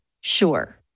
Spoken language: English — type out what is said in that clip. Sure